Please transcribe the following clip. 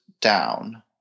down